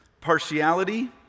partiality